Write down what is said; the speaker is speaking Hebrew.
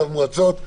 צו מועצות?